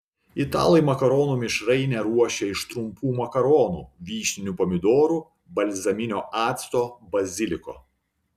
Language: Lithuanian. italai makaronų mišrainę ruošia iš trumpų makaronų vyšninių pomidorų balzaminio acto baziliko